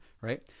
right